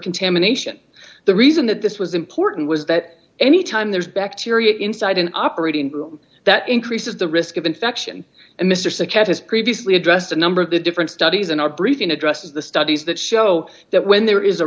contamination the reason that this was important was that any time there's bacteria inside an operating room that increases the risk of infection and mr cicare has previously addressed a number of the different studies and our briefing addresses the studies that show that when there is a